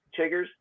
chiggers